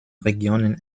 regionen